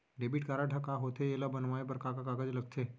Debit card ह का होथे एला बनवाए बर का का कागज लगथे?